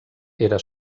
era